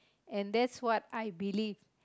and that's what I believe